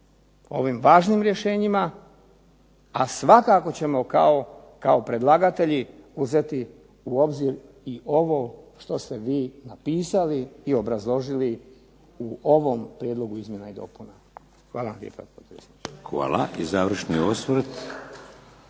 ovim važnim rješenjima, a svakako ćemo kao predlagatelji uzeti u obzir i ovo što ste vi napisali i obrazložili u ovom prijedlogu izmjena i dopuna. Hvala vam lijepa. **Šeks, Vladimir